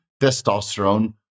testosterone